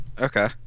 Okay